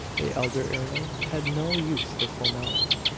the elder ernol had no use for formality.